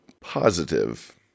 positive